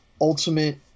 ultimate